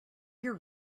your